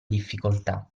difficoltà